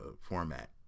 format